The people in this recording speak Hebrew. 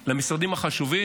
של המשרדים החשובים,